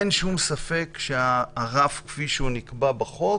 אין שום ספק שהרף כפי שהוא נקבע בחוק,